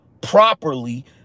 properly